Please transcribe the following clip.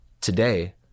today